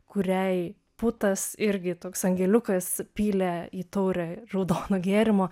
kuriai putas irgi toks angeliukas pylė į taurę raudono gėrimo